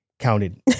counted